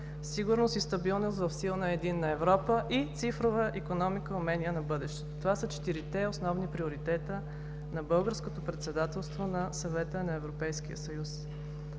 „Сигурност и стабилност в силна и единна Европа“ и „Цифрова икономика и умения на бъдещето“. Това са четирите основни приоритета на българското председателство на Съвета на Европейския съюз.